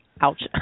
Ouch